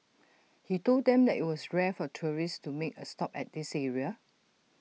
he told them that IT was rare for tourists to make A stop at this area